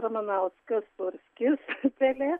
ramanauskas sūrskis pelė